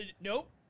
Nope